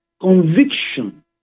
conviction